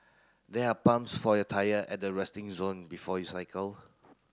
there are pumps for your tyre at the resting zone before you cycle